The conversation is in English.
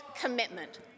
commitment